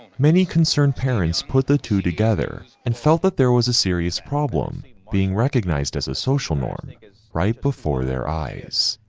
many concerned parents put the two together and felt that there was a serious problem being recognized as a social norm right before their eyes.